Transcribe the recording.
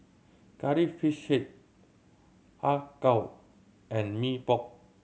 Curry Fish Head Har Kow and Mee Pok